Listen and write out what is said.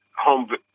home